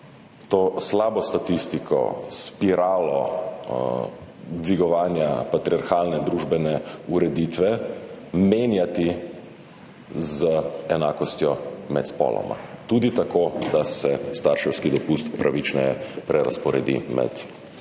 to slabo statistiko, spiralo dvigovanja patriarhalne družbene ureditve menjati z enakostjo med spoloma, tudi tako, da se starševski dopust pravičneje prerazporedi med oba